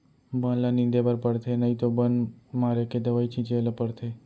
बन ल निंदे बर परथे नइ तो बन मारे के दवई छिंचे ल परथे